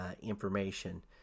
information